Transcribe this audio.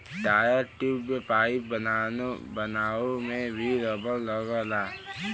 tyre, tube, pipe बनावे में भी रबड़ लगला